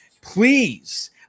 please